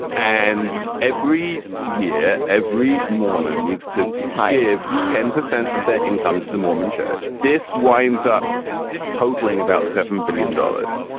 and every year, every mormon needs to tie of ten percent of their income to the mormon church. this widens up totaling about seven billion dollars.